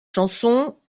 chansons